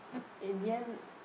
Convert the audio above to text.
in the end